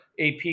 AP